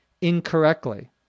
incorrectly